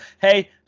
hey